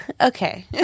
okay